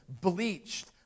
bleached